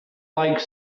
like